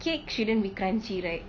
cake shouldn't be crunchy right